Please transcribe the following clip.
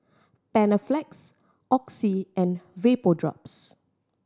Panaflex Oxy and Vapodrops